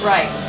Right